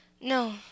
no